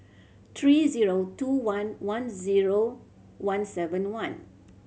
three zero two one one zero one seven one